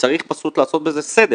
צריך פשוט לעשות בזה סדר